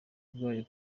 bwayo